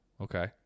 Okay